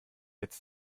jetzt